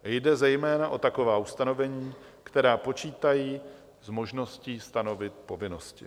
Jde zejména o taková ustanovení, která počítají s možností stanovit povinnosti.